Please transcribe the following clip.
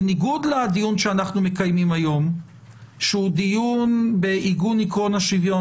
בניגוד לדיון שאנחנו מקיימים היום בעקרון השוויון